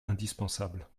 indispensable